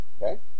Okay